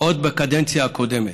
עוד בקדנציה הקודמת.